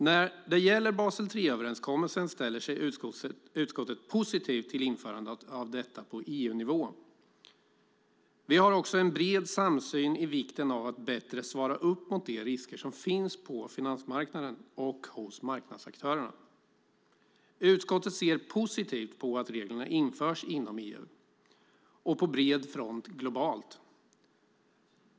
När det gäller Basel III-överenskommelsen ställer sig utskottet positivt till införandet av detta på EU-nivå. Vi har också en bred samsyn om vikten av att bättre svara upp mot de risker som finns på finansmarknaden och hos marknadsaktörerna. Utskottet ser positivt på att reglerna införs inom EU och på bred front globalt.